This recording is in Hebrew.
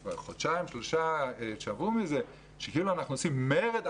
כאילו אנחנו עושים מרד,